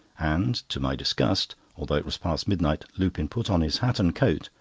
and to my disgust, although it was past midnight, lupin put on his hat and coat,